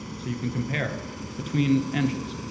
so you can compare between engines.